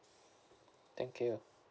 thank you